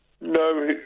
No